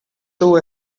too